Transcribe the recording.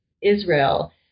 Israel